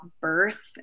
birth